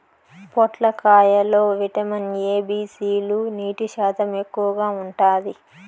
పొట్లకాయ లో vitamin A, B, C లు, నీటి శాతం ఎక్కువగా ఉంటాది